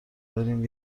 داریم